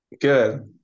Good